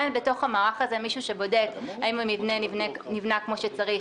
אין בתוך המערך הזה מישהו שבודק האם המבנה נבנה כמו שצריך.